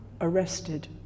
arrested